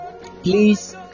Please